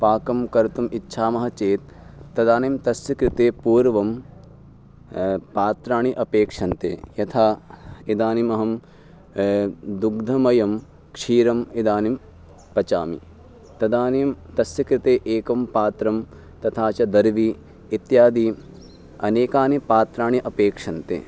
पाकं कर्तुम् इच्छामः चेत् तदानीं तस्य कृते पूर्वं पात्राणि अपेक्षन्ते यथा इदानीम् अहं दुग्धमयं क्षीरम् इदानीं पचामि तदानीं तस्य कृते एकं पात्रं तथा च दर्वी इत्यादि अनेकानि पात्राणि अपेक्षन्ते